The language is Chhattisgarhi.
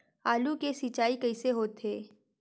आलू के सिंचाई कइसे होथे?